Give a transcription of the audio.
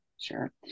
Sure